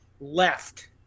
left